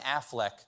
Affleck